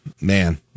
man